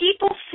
people